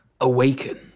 awaken